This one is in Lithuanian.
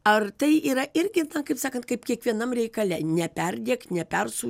ar tai yra irgi ten kaip sakant kaip kiekvienam reikale neperdėk nepersu